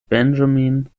benjamin